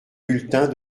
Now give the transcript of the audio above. bulletin